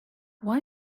why